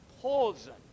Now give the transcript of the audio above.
poison